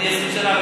20 שנה.